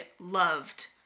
loved